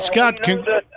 Scott